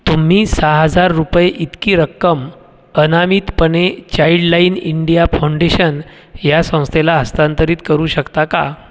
तुम्ही सहा हजार रुपये इतकी रक्कम अनामितपणे चाइल्डलाइन इंडिया फाँडेशन ह्या संस्थेला हस्तांतरित करू शकता का